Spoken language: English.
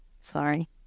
Sorry